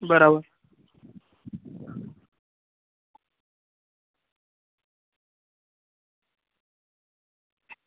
બરાબર